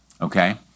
Okay